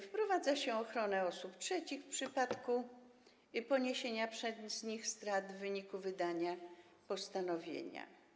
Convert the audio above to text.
Wprowadza się ochronę osób trzecich w przypadku poniesienia przez nie strat w wyniku wydania postanowienia.